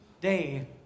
day